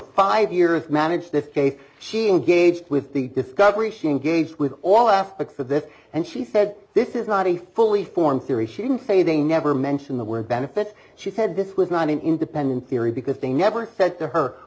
five years manage this case she engaged with the discovery she engaged with all aspects of this and she said this is not a fully formed theory she didn't say they never mention the word benefit she said this was not an independent theory because they never said to her